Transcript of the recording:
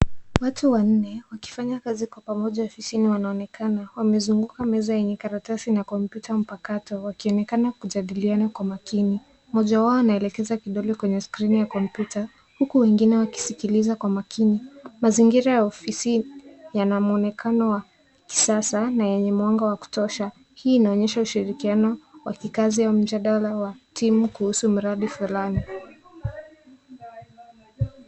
Watu wanne wakifanya kazi kwa pamoja ofisini wanaonekana wamezunguka meza yenye karatasi na kompyuta mpakato wakionekana kujadiliana kwa makini. Mmoja wao anaelekeza kidole kwenye skrini ya kompyuta huku wengine wakisiliza kwa makini. Mazingira ya ofisi yana mwonekano wa kisasa na mwanga wa kutosha. Hii inaonyesha ushirikiano wa kikazi au mjadala wa timu kuhusu mradi fulani.